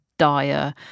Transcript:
Dire